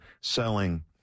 selling